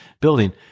building